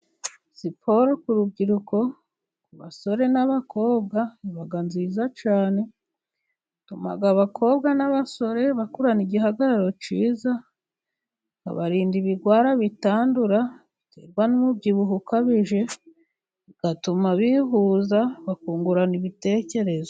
Siporo ku rubyiruko ,ku basore n'abakobwa iba nziza cyane . Ituma abakobwa n'abasore bakurana igihagararo cyiza, ikabarinda ibirwara bitandura biterwa n'umubyibuho ukabije ,igatuma bihuza, bakungurana ibitekerezo.